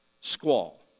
squall